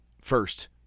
first